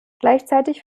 gleichzeitig